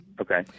Okay